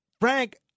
frank